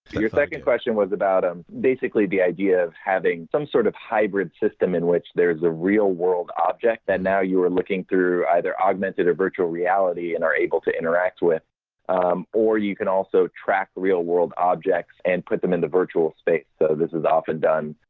your second question was about um basically the idea of having some sort of hybrid system in which there's a real world object and now you are looking through either augmented or virtual reality and are able to interact with or you can also track real world objects and put them in the virtual space so this is often done